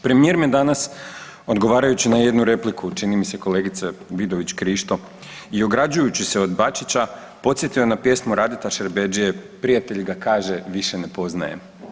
Premijer me danas odgovarajući na jednu repliku čini mi se kolegice Vidović Krišto i ograđujući se od Bačića podsjetio na pjesmu Radeta Šerbedžije, prijatelj ga kaže više ne poznaje.